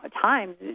times